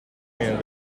and